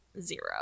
zero